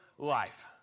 life